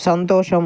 సంతోషం